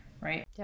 Right